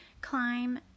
climb